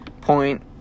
point